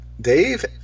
Dave